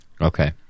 Okay